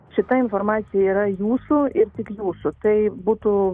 šita informacija yra jūsų ir tik jūsų tai būtų